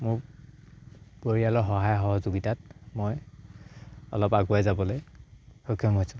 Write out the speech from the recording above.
মোক পৰিয়ালৰ সহায় সহযোগিতাত মই অলপ আগুৱাই যাবলৈ সক্ষম হৈছোঁ